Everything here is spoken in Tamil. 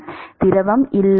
மாணவர் திரவம் இல்லை